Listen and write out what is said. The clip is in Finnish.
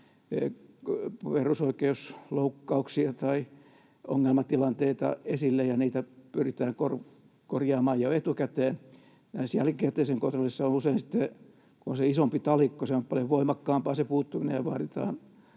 perusoikeusloukkauksia tai ongelmatilanteita esille ja niitä pyritään korjaamaan jo etukäteen. Jälkikäteisessä kontrollissa, kun on usein se isompi talikko, se puuttuminen on paljon voimakkaampaa ja vaaditaan